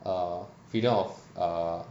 err freedom of err